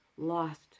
lost